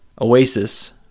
Oasis